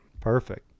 Perfect